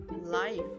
life